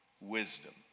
wisdom